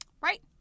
Right